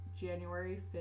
January